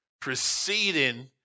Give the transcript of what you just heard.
Proceeding